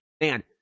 man